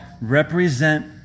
represent